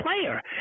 player